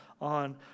on